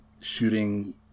shooting